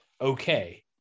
okay